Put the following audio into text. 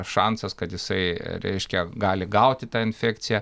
šansas kad jisai reiškia gali gauti tą infekciją